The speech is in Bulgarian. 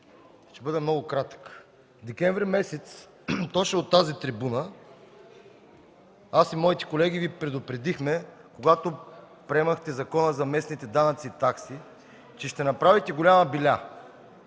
ще бъда много кратък. През декември месец точно от тази трибуна аз и моите колеги Ви предупредихме, когато приемахте Закона за местните данъци и такси, че ще направите голяма беля.